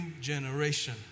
generation